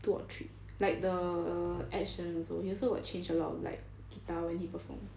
two or three like the ed sheeran also he also got change a lot like guitar when he perform